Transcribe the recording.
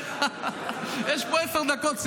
יש פה עשר דקות,